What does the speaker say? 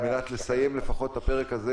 על מנת לסיים לפחות את הפרק הזה